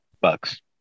Bucks